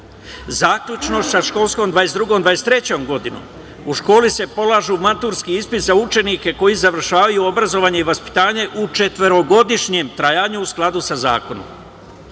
Zaključno sa školskom 2021/2023. godinom, u školi se polaže maturski ispit za učenike koji završavaju obrazovanje i vaspitanje u četvorogodišnjem trajanju, u skladu sa zakonom.